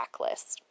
backlist